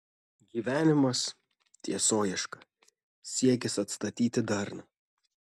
gyvenimas tiesoieška siekis atstatyti darną